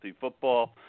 football